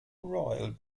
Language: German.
royal